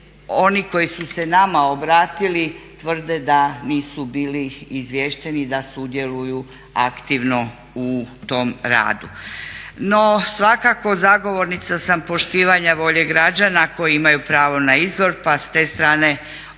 oni koji su se nama obratili tvrde da nisu bili izviješteni da sudjeluju aktivno u tom radu. No svakako zagovornica sam poštivanja volje građana koji imaju pravo na … pa s te strane ovaj